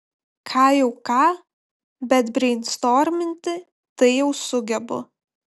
ką jau ką bet breinstorminti tai jau sugebu